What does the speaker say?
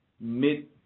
mid